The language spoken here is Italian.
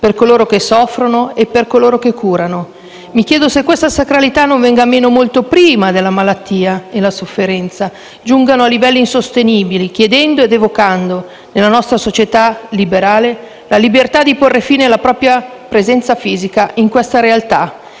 per coloro che soffrono e per coloro che curano. Mi chiedo se questa sacralità non venga meno molto prima che la malattia e la sofferenza giungano a livelli insostenibili, chiedendo ad evocando, nella nostra società liberale, la libertà di porre fine alla propria presenza fisica in questa realtà.